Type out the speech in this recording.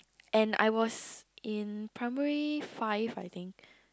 and I was in primary five I think